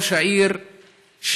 ראש העיר,